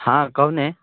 हँ कहू ने